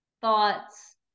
thoughts